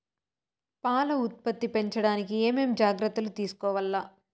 పాల ఉత్పత్తి పెంచడానికి ఏమేం జాగ్రత్తలు తీసుకోవల్ల?